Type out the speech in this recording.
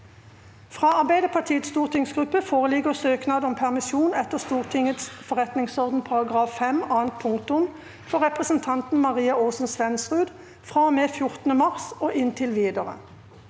Fra Arbeiderpartiets stortingsgruppe foreligger søknad om permisjon etter Stortingets forretningsorden § 5 annet punktum for representanten Maria Aasen- Svensrud fra og med 14. mars og inntil videre.